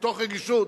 מתוך רגישות,